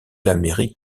l’amérique